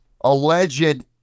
alleged